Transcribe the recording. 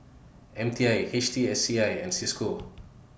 M T I H T S C I and CISCO